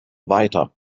weiter